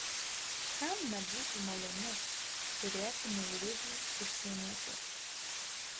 kam nebūtų malonu turėti meilužį užsienietį